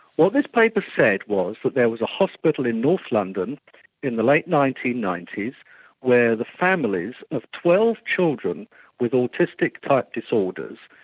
what this paper said was that there was a hospital in north london in the late nineteen ninety s where the families of twelve children with autistic-type disorders,